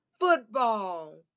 football